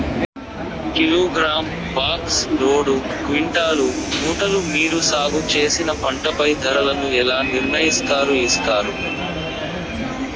Kilogram, box, load, quintal, మూటలు మీరు సాగు చేసిన పంటపై ధరలను ఎలా నిర్ణయిస్తారు యిస్తారు?